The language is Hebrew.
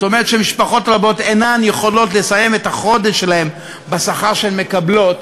זאת אומרת שמשפחות רבות אינן יכולות לסיים את החודש בשכר שהן מקבלות,